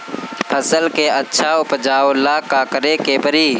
फसल के अच्छा उपजाव ला का करे के परी?